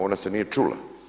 Ona se nije čula.